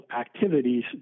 activities